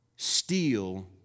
Steal